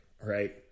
Right